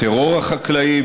הטרור החקלאי,